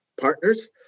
partners